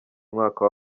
umwaka